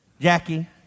Jackie